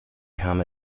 kam